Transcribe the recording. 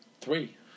Three